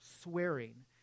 swearing